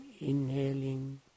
inhaling